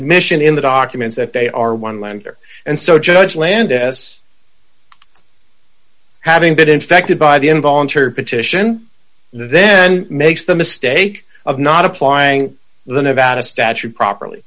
admission in the documents that they are one lender and so judge land as having been infected by the involuntary petition then makes the mistake of not applying the nevada statute properly